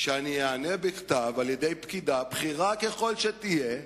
שאני איענה בכתב, על-ידי פקידה בכירה ככל שתהיה,